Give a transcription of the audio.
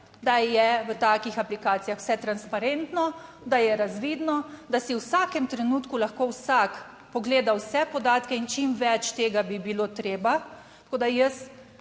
da je v takih aplikacijah vse transparentno, da je razvidno, da si v vsakem trenutku lahko vsak pogleda vse podatke in čim več tega bi bilo treba, tako da jaz